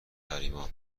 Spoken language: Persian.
تحریما